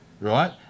right